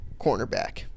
Cornerback